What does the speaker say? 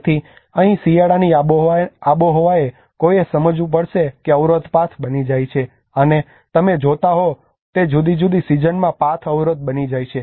તેથી અહીં શિયાળાની આબોહવાએ કોઈને સમજવું પડશે કે અવરોધ પાથ બની જાય છે અને તમે જોતા હો તે જુદી જુદી સીઝનમાં પાથ અવરોધ બની જાય છે